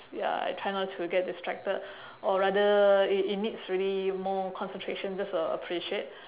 ya I try not to get distracted or rather it it needs really more concentration just for appreciate